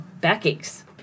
backaches